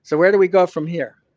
so where do we go from here?